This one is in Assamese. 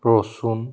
ৰচুন